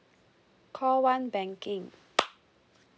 call one banking